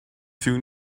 soon